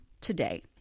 today